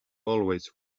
always